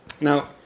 Now